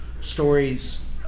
stories